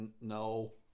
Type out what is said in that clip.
no